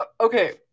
okay